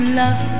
love